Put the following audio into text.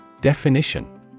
Definition